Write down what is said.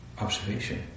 observation